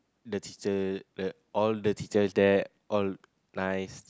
the teacher there all the teachers there all nice